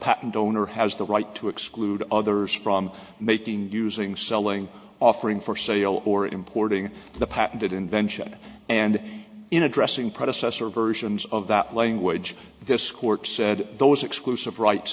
patent owner has the right to exclude others from making using selling offering for sale or importing the patented invention and in addressing predecessor versions of that language this court said those exclusive ri